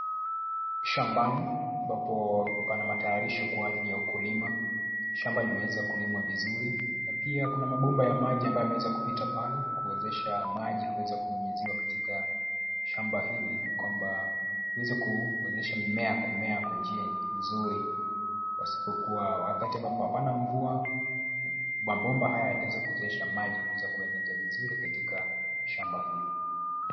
Shambani, ambapo pana matayarisho kwa ajili ya ukulima. Shamba limeweza kulimwa vizuri. Na pia kuna mabomba ya maji ambayo yameweza kupita pale, kuwezesha maji kuweza kunyunyiziwa katika, shamba hili, kwamba tuweze kuewezesha mimea kumea kwa njia nzuri, pasipokuwa wakati ambapo hapana mvua, mabomba haya yataweza kuwezesha maji kuweza kueneza vizuri katika shamba hili.